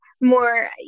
more